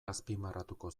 azpimarratuko